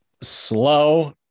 slow